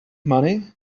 money